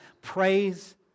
praise